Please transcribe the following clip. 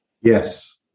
Yes